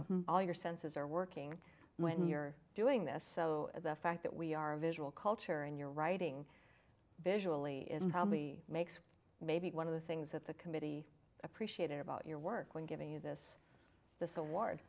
informing all your senses are working when you're doing this so the fact that we are a visual culture and you're writing visually and how we makes maybe one of the things that the committee appreciated about your work when giving you this this award